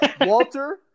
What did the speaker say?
Walter